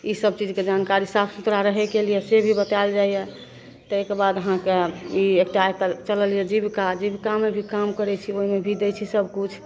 ई सबचीजके जानकारी साफ सुथरा रहैके लिए से भी बताएल जाइए ताहिके बाद अहाँके एकटा ई आइकाल्हि चलल यऽ जीविका जीविकामे भी काम करै छी ओहिमे भी दै छै सबकिछु